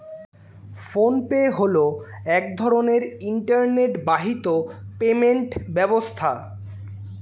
phone pay হলো এক ধরনের ইন্টারনেট বাহিত পেমেন্ট ব্যবস্থা